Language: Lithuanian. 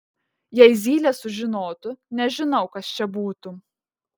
jei zylė sužinotų nežinau kas čia būtų